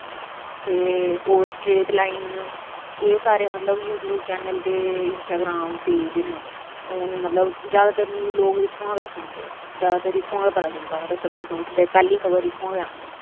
ते होर straight line ते एह् सारे मतलब कि यूट्यूब चैनल ते इंस्टाग्राम पेज न जैदातर लोग न्यूज़ इत्थुआं गै सुनदे न ते सब तू जादै इत्थुआं गै पता लगदा मतलब पैह्ली खबर इत्थुआं गै आंदी